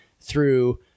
through-